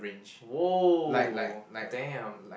!wow! !damn!